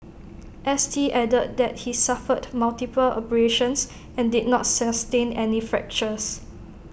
S T added that he suffered multiple abrasions and did not sustain any fractures